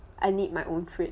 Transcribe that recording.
I need my own fridge